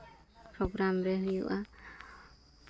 programme ᱨᱮ ᱦᱩᱭᱩᱜᱼᱟ